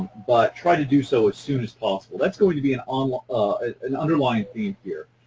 but try to do so as soon as possible. that's going to be an um ah an underlying theme here.